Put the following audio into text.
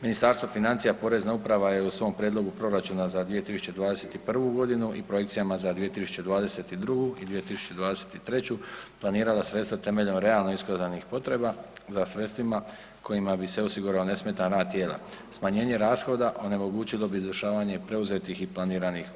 Ministarstvo financija Porezna uprava je u svom prijedlogu proračuna za 2021. godinu i projekcijama za 2022. i 2023. planirala sredstva temeljem realno iskaznih potreba za sredstvima kojima bi se osigurao nesmetan rad tijela, smanjenje rashoda onemogućilo bi izvršavanje preuzetih i planiranih obaveza.